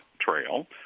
Trail